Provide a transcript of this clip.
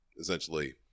essentially